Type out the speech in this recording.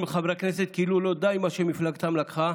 לחברי כנסת כאילו לא די במה שמפלגתם לקחה,